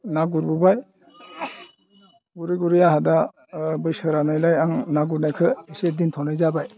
ना गुरबोबाय गुरै गुरै आंहा दा बैसो राननायलाय आं ना गुरनायखौ एसे दोनथ'नाय जाबाय